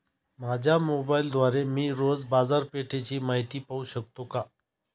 माझ्या मोबाइलद्वारे मी रोज बाजारपेठेची माहिती पाहू शकतो का?